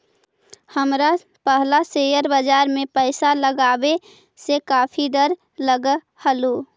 हमरा पहला शेयर बाजार में पैसा लगावे से काफी डर लगअ हलो